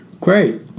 great